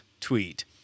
tweet